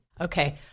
okay